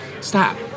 stop